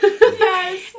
Yes